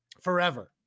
forever